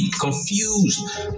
confused